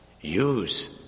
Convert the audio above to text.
use